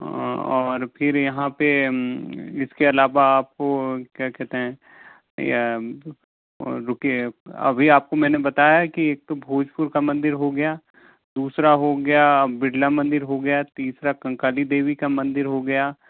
और फिर यहाँ पे इसके अलावा आपको क्या कहते हैं रुकिए अभी आपको मैंने बताया कि एक तो भोजपुर का मंदिर हो गया दूसरा हो गया बिरला मंदिर हो गया तीसरा कंकाली देवी का मंदिर हो गया